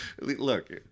look